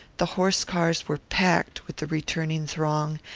the horse-cars were packed with the returning throng,